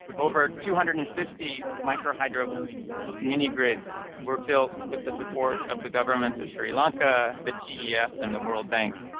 over two hundred and fifty micro hydro mini-grids were built with the support of the government of sri lanka, the gef and the world bank,